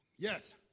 Yes